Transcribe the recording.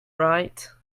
right